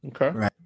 Okay